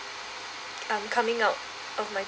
um coming out of my